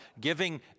giving